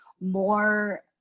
more